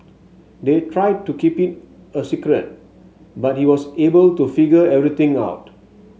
they tried to keep it a secret but he was able to figure everything out